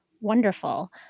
Wonderful